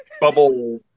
bubble